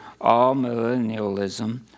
all-millennialism